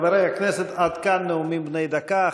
חברי הכנסת, עד כאן נאומים בני דקה.